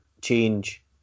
change